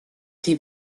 die